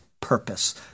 purpose